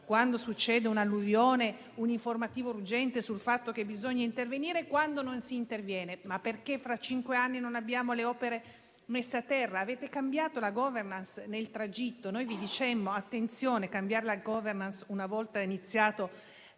quando succede un'alluvione, un'informativa urgente sul fatto che bisogna intervenire, quando non si interviene. Perché fra cinque anni non avremo le opere messe a terra? Avete cambiato la *governance* nel tragitto. Noi vi dicemmo di fare attenzione, perché cambiare la *governance* una volta iniziata